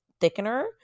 thickener